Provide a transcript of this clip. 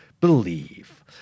Believe